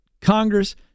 Congress